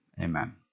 Amen